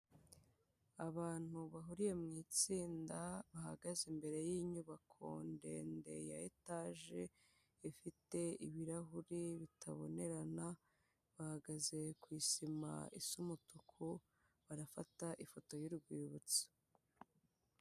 Abantu bahuriye mu itsinda bahagaze imbere y'inyubako ndende ya etaje ifite ibirahuri bitabonerana, bahagaze ku isima isa umutuku barafata ifoto y'urwibutso.